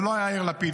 זה לא היה יאיר לפיד,